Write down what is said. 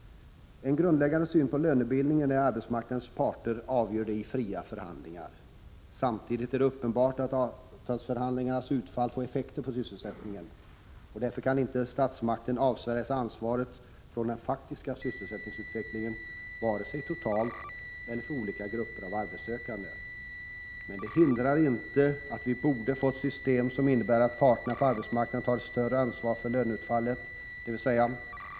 En grundläggande syn på lönebildningen är att arbetsmarknadens parter avgör den i fria förhandlingar. Samtidigt är det uppenbart att avtalsförhandlingarnas utfall får effekter på sysselsättningen. Därför kan inte statsmakten avsvära sig ansvaret för den faktiska sysselsättningsutvecklingen, vare sig totalt eller för olika grupper av arbetssökande. Men det hindrar inte att vi borde få ett system som innebär att parterna på arbetsmarknaden tar ett större ansvar för löneutfallet.